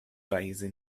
weise